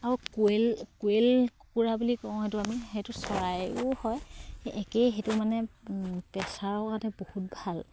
আৰু কোৱেল কোৱেল কুকুৰা বুলি কওঁ সেইটো আমি সেইটো চৰাইও হয় একেই সেইটো মানে প্ৰেছাৰৰ কাৰণে বহুত ভাল